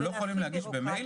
הם לא יכולים להגיש במייל?